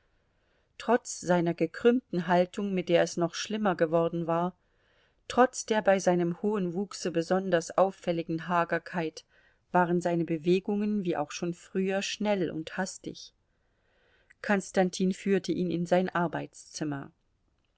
trotz seiner gekrümmten haltung mit der es noch schlimmer geworden war trotz der bei seinem hohen wuchse besonders auffälligen hagerkeit waren seine bewegungen wie auch schon früher schnell und hastig konstantin führte ihn in sein arbeitszimmer